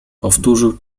powtórzył